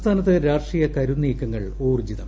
സംസ്ഥാനത്ത് രാഷ്ട്രീയ കരുനീക്കങ്ങൾ ഊൌർജ്ജിതം